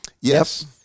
Yes